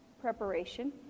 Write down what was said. Preparation